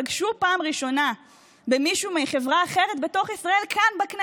פגשו פעם ראשונה מישהו מחברה אחרת בתוך ישראל כאן,